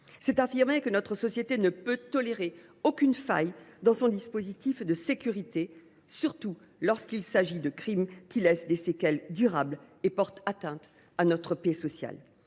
C’est affirmer, aussi, que notre société ne peut tolérer aucune faille dans son dispositif de sécurité, surtout lorsqu’il s’agit de prévenir des crimes qui laissent des séquelles durables et portent atteinte à notre paix sociale.